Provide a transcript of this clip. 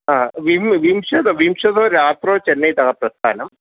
हा विं विंशद् विंशद् रात्रो चेन्नै तः प्रस्थानं